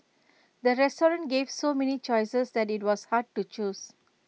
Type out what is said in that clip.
the restaurant gave so many choices that IT was hard to choose